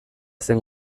zen